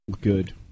Good